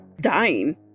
dying